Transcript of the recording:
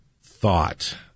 thought